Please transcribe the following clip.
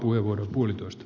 joo kiitos